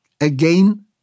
again